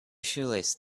shoelace